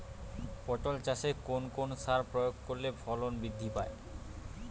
পটল চাষে কোন কোন সার প্রয়োগ করলে ফলন বৃদ্ধি পায়?